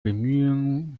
bemühungen